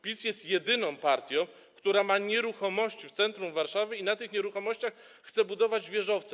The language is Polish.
PiS jest jedyną partią, która ma nieruchomości w centrum Warszawy i na tych nieruchomościach chce budować wieżowce.